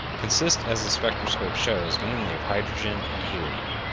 consist, as the spectroscope shows, mainly of hydrogen and helium.